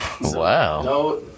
Wow